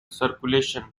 circulation